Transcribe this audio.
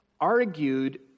argued